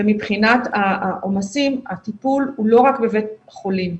ומבחינת העומסים הטיפול הוא לא רק בבית החולים.